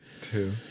Two